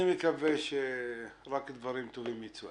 אני מקווה שרק דברים טובים ייצאו.